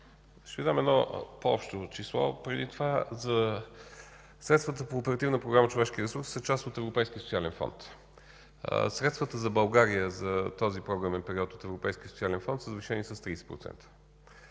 Ще Ви дам едно по общо число преди това. Средствата по Оперативна програма „Развитие на човешките ресурси” са част от Европейския социален фонд. Средствата за България за този програмен период от Европейския социален фонд са завишени с 30%.